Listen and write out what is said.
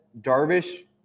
Darvish